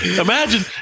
imagine